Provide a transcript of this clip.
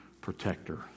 protector